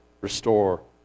restore